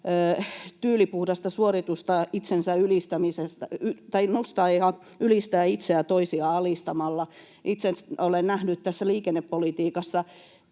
tyylipuhdasta suoritusta nostaa ja ylistää itseään toisia alistamalla. Itse olen nähnyt tässä liikennepolitiikassa